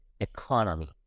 economy